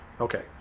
Okay